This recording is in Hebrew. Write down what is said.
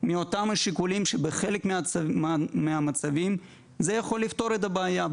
מאותם השיקולים שבחלק מהמצבים זה יכול לפתור את הבעיה.